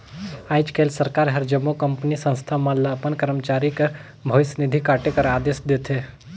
आएज काएल सरकार हर जम्मो कंपनी, संस्था मन ल अपन करमचारी कर भविस निधि काटे कर अदेस देथे